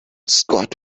scott